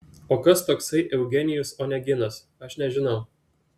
o kas toksai eugenijus oneginas aš nežinau